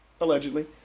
Allegedly